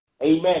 Amen